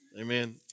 Amen